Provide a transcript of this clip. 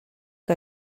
que